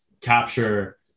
capture